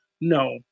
No